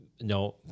no